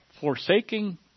Forsaking